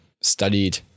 studied